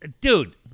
Dude